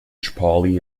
pauli